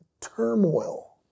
turmoil